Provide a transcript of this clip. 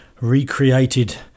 recreated